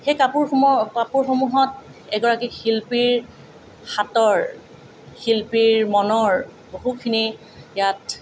সেই কাপোৰসমূহ কাপোৰসমূহত এগৰাকী শিল্পীৰ হাতৰ শিল্পীৰ মনৰ বহুখিনি ইয়াত